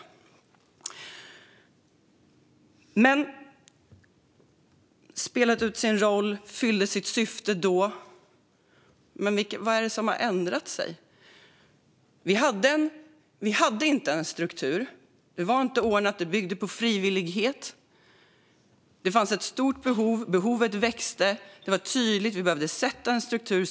Det sägs att lagstiftningen har spelat ut sin roll men att den fyllde sitt syfte då. Vad är det som har ändrat sig? Vi hade inte en struktur, och det var inte ordnat. Det byggde på frivillighet. Det fanns ett stort behov, och behovet växte. Det var tydligt att vi behövde sätta en struktur.